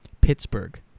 Pittsburgh